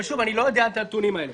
אבל, שוב, אני לא יודע את הנתונים האלה.